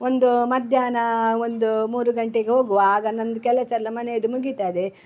ಒಂದು ಮಧ್ಯಾಹ್ನ ಒಂದು ಮೂರು ಗಂಟೆಗೆ ಹೋಗುವ ಆಗ ನಂದು ಕೆಲಸ ಎಲ್ಲ ಮನೇದು ಮುಗೀತದೆ